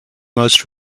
most